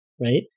right